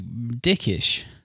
dickish